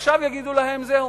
עכשיו יגידו להם: זהו,